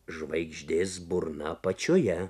žvaigždės burna apačioje